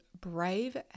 brave